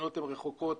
המטמנות רחוקות,